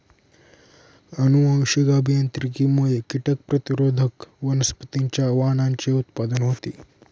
अनुवांशिक अभियांत्रिकीमुळे कीटक प्रतिरोधक वनस्पतींच्या वाणांचे उत्पादन होते